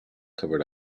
covered